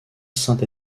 saint